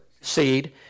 seed